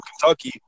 Kentucky